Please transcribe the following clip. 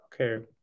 okay